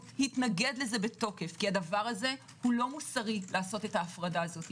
התנגד לזה בתוקף כי זה לא אתי ומוסרי לעשות את ההפרדה הזאת.